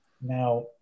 Now